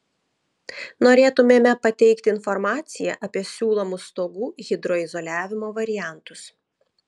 norėtumėme pateikti informaciją apie siūlomus stogų hidroizoliavimo variantus